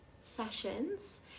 sessions